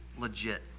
legit